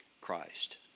Christ